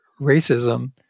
racism